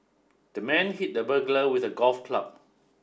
the man hit the burglar with a golf club